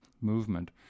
movement